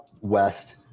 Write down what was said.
west